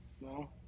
No